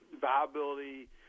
viability